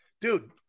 Dude